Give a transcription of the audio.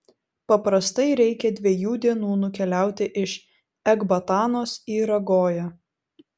paprastai reikia dviejų dienų nukeliauti iš ekbatanos į ragoją